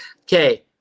Okay